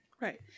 Right